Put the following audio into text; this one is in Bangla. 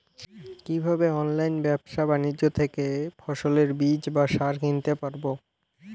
কীভাবে অনলাইন ব্যাবসা বাণিজ্য থেকে ফসলের বীজ বা সার কিনতে পারবো?